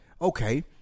Okay